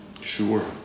Sure